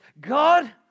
God